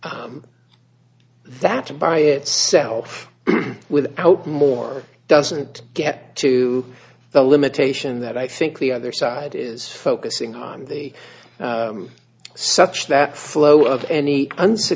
s that by itself without more doesn't get to the limitation that i think the other side is focusing on the such that flow of any